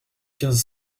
quinze